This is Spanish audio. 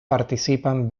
participan